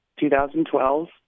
2012